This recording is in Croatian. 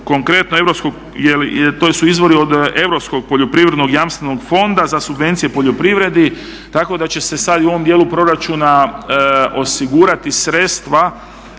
Konkretno to su izvori od Europskog poljoprivrednog jamstvenog fonda za subvencije u poljoprivredi tako da će se sad i u ovom dijelu proračuna osigurati sredstva